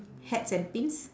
hats and pins